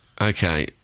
Okay